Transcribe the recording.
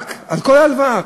על כל ההלוואה.